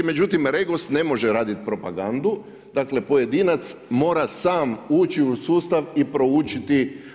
Međutim, REGOS ne može raditi propagandu, dakle pojedinac mora sam ući u sustav i proučiti.